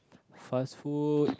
fast food